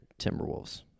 Timberwolves